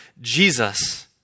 Jesus